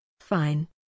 Fine